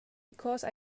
because